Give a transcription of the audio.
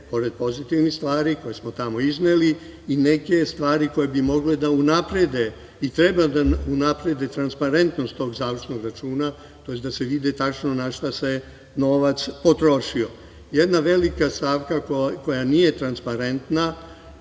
neke pozitivne stvari, koje smo tamo izneli i neke stvari koje bi mogle da unaprede, i treba da unaprede transparentnost tog Završnog računa, tj. da se vide tačno na šta se novac potrošio. Jedna velika stavka koja nije transparentna